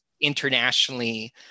internationally